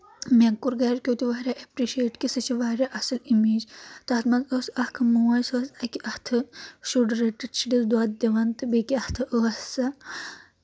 مے کوٚر گَرِکیٚو تہِ واریاہ ایٚپرِشیٹ کہِ سُہ چھِ واریاہ اَصٕل اِمیج تَتھ منٛز ٲس اَکھ موج سۄ ٲس اَکہِ اَتھٕ شُر رٔٹِتھ شُرس دۄد دِوان تہٕ بیٚکہِ اَتھٕ ٲس سۄ